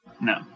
No